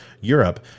Europe